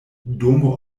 domo